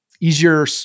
easier